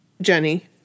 Jenny